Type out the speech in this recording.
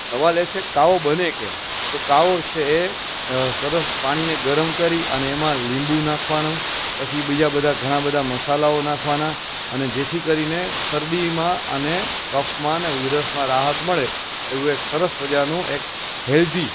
સવાલ એ છે કે કાવો બને કેમ તો કાવો છે એ સરસ પાણીને ગરમ કરી અને એમાં લીંબુ નાખવાનું પછી બીજા બધા ઘણા બધા મસાલાઓ નાખવાના અને જેથી કરીને શરદીમાં અને કફમાં અને ઉધરસમાં રાહત મળે એવું એક સરસ મજાનું એક હેલ્ધી